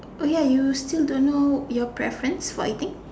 oh ya you still don't know your preference for eating